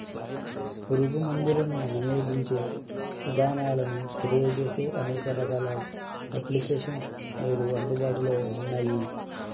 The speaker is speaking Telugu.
పురుగు మందులను వినియోగించే ఇదానాలను తెలియజేసే అనేక రకాల అప్లికేషన్స్ నేడు అందుబాటులో ఉన్నయ్యి